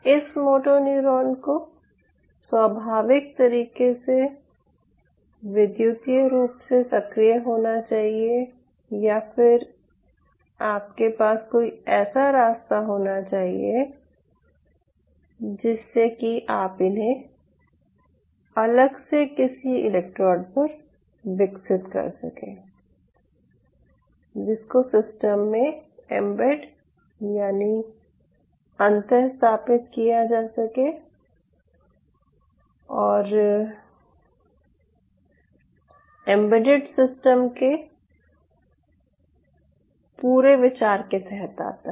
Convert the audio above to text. इस motor neuron को स्वाभाविक तरह से विद्युतीय रूप से सक्रिय होना चाहिए या फिर आपके पास कोई ऐसा रास्ता होना चाहिए जिससे कि आप इन्हे अलग से किसी इलेक्ट्रोड पर विकसित कर सकें जिसको सिस्टम में एम्बेड यानि अंतःस्थापित किया जा सके और जो एम्बेडेड सिस्टम के पूरे विचार के तहत आता है